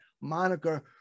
moniker